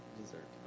dessert